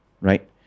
right